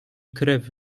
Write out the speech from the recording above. krew